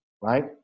Right